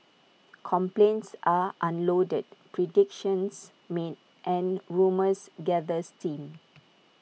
complaints are unloaded predictions made and rumours gather steam